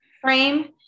frame